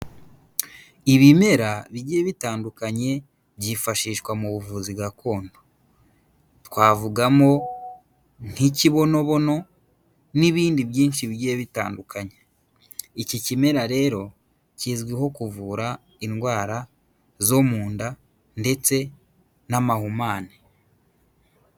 Ibimera bigiye bitandukanye byifashishwa mu buvuzi gakondo. Twavugamo nk'ikibonobono n'ibindi byinshi bigiye bitandukanye. Iki kimera rero kizwiho kuvura indwara zo mu nda ndetse n'amahumane.